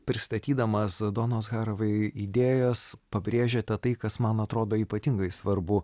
pristatydamas donos harvai idėjas pabrėžėte tai kas man atrodo ypatingai svarbu